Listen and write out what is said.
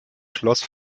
schloss